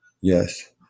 yes